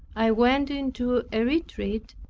i went into a retreat,